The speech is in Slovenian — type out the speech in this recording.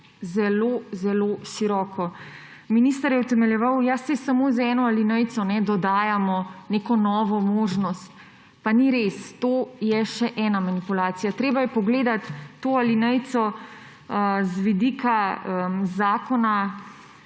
zelo zelo široko. Minister je utemeljeval, saj samo z eno alinejico dodajamo neko novo možnost. Pa ni res. To je še ena manipulacija, treba je pogledati to alinejico z vidika zakona,